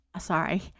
Sorry